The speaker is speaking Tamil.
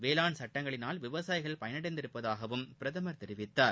வேளாண் சுட்டங்களினால் விவசாயிகள் பயனடைந்துள்ளதாகவும் பிரதமர் தெரிவித்தார்